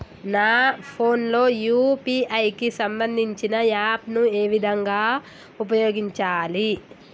నా ఫోన్ లో యూ.పీ.ఐ కి సంబందించిన యాప్ ను ఏ విధంగా ఉపయోగించాలి?